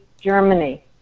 Germany